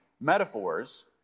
metaphors